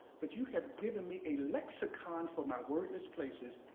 but you have given me a lexicon for my wordless places.